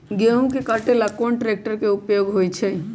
गेंहू के कटे ला कोंन ट्रेक्टर के उपयोग होइ छई?